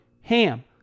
HAM